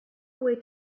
away